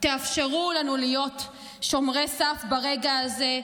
תאפשרו לנו להיות שומרי סף ברגע הזה.